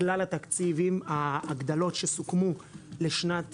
כלל התקציבים עם ההגדלות שסוכמו לשנת